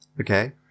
Okay